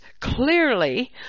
clearly